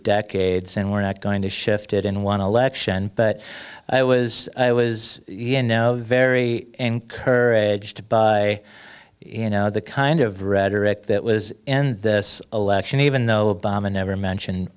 decades and we're not going to shift it in one election but i was i was you know very encouraged by you know the kind of rhetoric that was in this election even though obama never mentioned